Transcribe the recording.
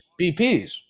BPs